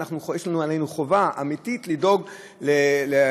יש עלינו חובה אמיתית לדאוג להסדר.